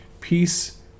peace